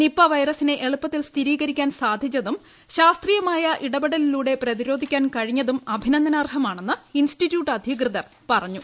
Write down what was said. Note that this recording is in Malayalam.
നിപ വൈറസിനെ എളുപ്പത്തിൽ സ്ഥിരീകരിക്കാൻ സാധിച്ചതും ശാസ്ത്രീയമായ ഇടപെടലിലൂടെ പ്രതിരോധിക്കാൻ കഴിഞ്ഞതും അഭിനന്ദനാർഹമാണെന്ന് ഇൻസ്റ്റിറ്റ്യൂട്ട് അധികൃതർ പറഞ്ഞു